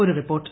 ഒരു റിപ്പോർട്ട്